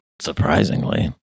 Surprisingly